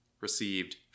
received